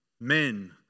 men